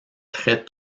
très